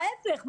ההיפך,